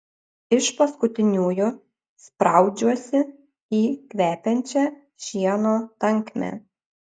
iš paskutiniųjų spraudžiuosi į kvepiančią šieno tankmę